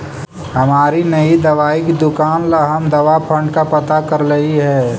हमारी नई दवाई की दुकान ला हम दवा फण्ड का पता करलियई हे